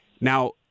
Now